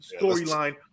storyline